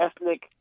ethnic